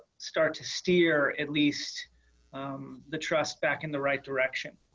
start to steer, at least the trust back in the right direction.